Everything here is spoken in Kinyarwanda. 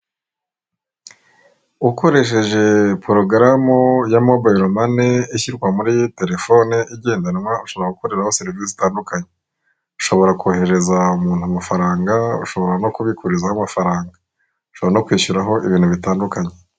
Ukoresheje porogaramu ya mobayiro mani ishyirwa muri terefone igendanwa, ushobora gukoreraho serivisi zitandukanye. Ushobora koherereza umuntu amafaranga, ushobora no kubikurizaho amafaranga. Ushobora no kwishyuraho ibintu bitandukanye.